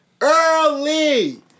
early